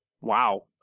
Wow